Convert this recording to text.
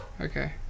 Okay